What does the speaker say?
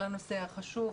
על הנושא החשוב.